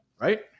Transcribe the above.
Right